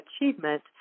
Achievement